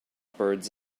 birds